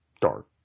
dark